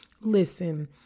Listen